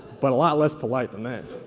but a lot less polite than that.